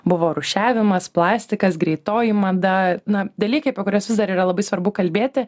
buvo rūšiavimas plastikas greitoji mada na dalykai apie kuriuos vis dar yra labai svarbu kalbėti